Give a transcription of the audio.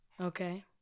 Okay